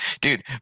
dude